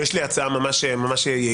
יש לי הצעה ממש יעילה.